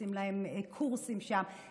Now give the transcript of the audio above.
עושים להם קורסים שם,